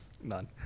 None